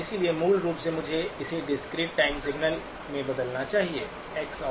इसलिए मूल रूप से मुझे इसे डिस्क्रीट टाइम सिग्नल्स में बदलना चाहिए x n